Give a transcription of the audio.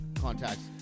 contacts